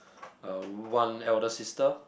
uh one elder sister